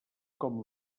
com